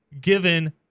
given